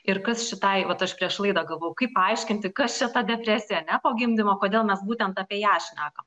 ir kas šitai vat aš prieš laidą galvojau kaip paaiškinti kas čia ta depresija ane po gimdymo kodėl mes būtent apie ją šnekam